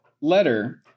letter